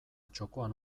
txokoan